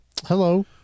Hello